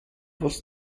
was